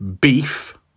beef